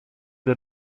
the